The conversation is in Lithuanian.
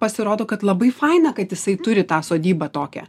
pasirodo kad labai faina kad jisai turi tą sodybą tokią